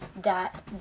dot